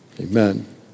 Amen